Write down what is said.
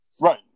Right